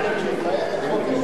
יפה.